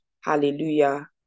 hallelujah